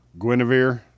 Guinevere